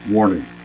Warning